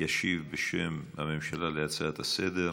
ישיב בשם הממשלה להצעה לסדר-היום,